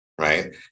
right